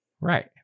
Right